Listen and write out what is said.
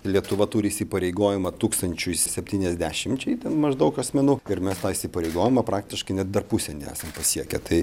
lietuva turi įsipareigojimą tūkstančiui septyniasdešimčiai ten maždaug asmenų ir mes tą įsipareigojimą praktiškai net dar pusę nesam pasiekę tai